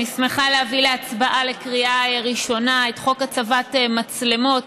אני שמחה להביא להצבעה בקריאה ראשונה את חוק הצבת מצלמות